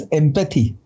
empathy